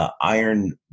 iron